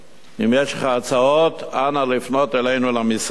אם יש לך הצעות, אנא לפנות אלינו למשרד.